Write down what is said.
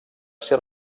ser